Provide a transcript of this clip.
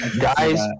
guys